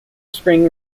spring